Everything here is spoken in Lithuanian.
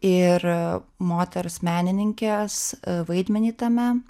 ir moters menininkės vaidmenį tame